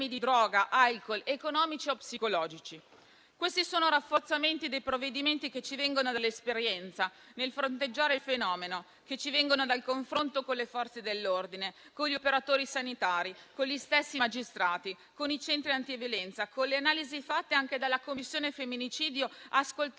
di droga, di alcol, economici o psicologici. Questi sono rafforzamenti dei provvedimenti che ci vengono dall'esperienza nel fronteggiare il fenomeno e dal confronto con le Forze dell'ordine, con gli operatori sanitari, con gli stessi magistrati, con i centri antiviolenza e con le analisi fatte anche dalla Commissione di inchiesta